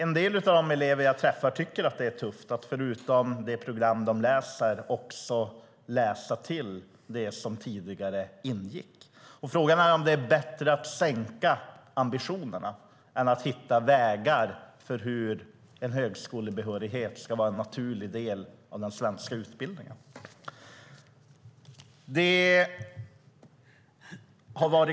En del av de elever jag träffar tycker att det är tufft att förutom det program de läser också läsa in det som tidigare ingick. Frågan är om det är bättre att sänka ambitionerna än att hitta vägar för hur en högskolebehörighet ska vara en naturlig del av den svenska utbildningen.